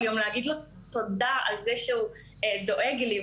יום להגיד לו תודה על זה שהוא דואג לי,